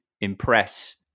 impress